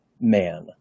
man